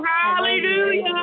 Hallelujah